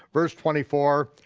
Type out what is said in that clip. verse twenty four,